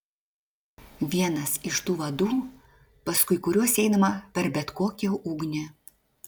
vienas iš tų vadų paskui kuriuos einama per bet kokią ugnį